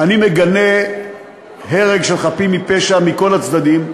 אני מגנה הרג של חפים מפשע מכל הצדדים,